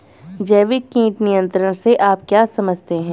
जैविक कीट नियंत्रण से आप क्या समझते हैं?